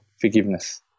forgiveness